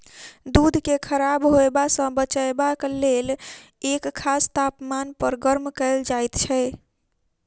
दूध के खराब होयबा सॅ बचयबाक लेल एक खास तापमान पर गर्म कयल जाइत छै